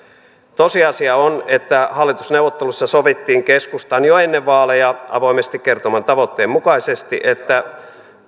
tosiasia on että hallitusneuvotteluissa sovittiin keskustan jo ennen vaaleja avoimesti kertoman tavoitteen mukaisesti että